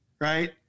right